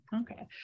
Okay